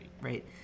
Right